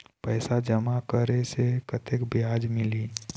पैसा जमा करे से कतेक ब्याज मिलही?